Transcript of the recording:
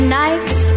nights